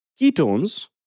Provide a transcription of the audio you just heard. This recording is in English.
ketones